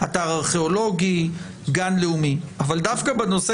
אתר ארכיאולוגי או גן לאומי אבל דווקא בנושא